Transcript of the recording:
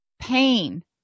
pain